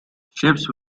ships